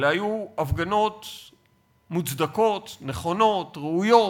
אלה היו הפגנות מוצדקות, נכונות, ראויות.